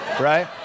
right